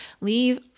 Leave